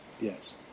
Yes